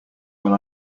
when